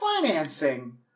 Financing